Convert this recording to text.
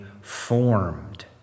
formed